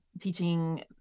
teaching